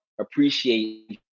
appreciate